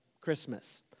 Christmas